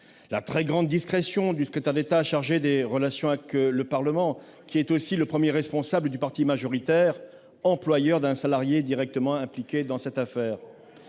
à leur connaissance ; le secrétaire d'État chargé des relations avec le Parlement, qui est aussi le premier responsable du parti majoritaire employeur d'un salarié directement impliqué dans cette affaire,